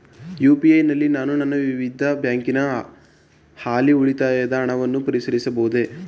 UPI ನಲ್ಲಿ ನಾನು ನನ್ನ ವಿವಿಧ ಬ್ಯಾಂಕಿನ ಹಾಲಿ ಉಳಿತಾಯದ ಹಣವನ್ನು ಪರಿಶೀಲಿಸಬಹುದೇ?